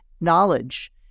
knowledge